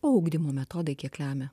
o ugdymo metodai kiek lemia